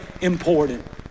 important